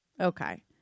Okay